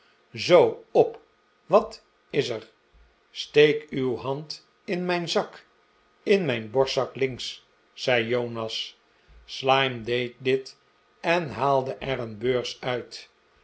zoo op wat is er steek uw hand in mijn zak in mijn bofstzak links zei jonas slyme deed dit en haalde er een beurs uit